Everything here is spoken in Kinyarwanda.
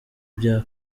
vya